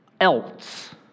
else